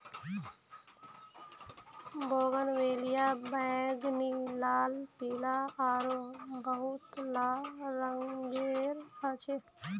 bougainvillea बैंगनी, लाल, पीला आरो बहुतला रंगेर ह छे